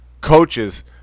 coaches